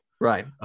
right